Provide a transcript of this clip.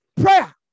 prayer